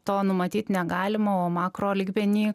to numatyt negalima o makro lygmeny